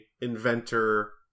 inventor